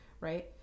right